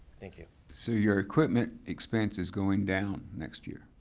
thank you. so, your equipment expense is going down next year?